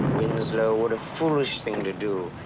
winslow, what a foolish thing to do.